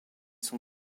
son